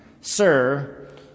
Sir